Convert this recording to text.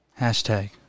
Hashtag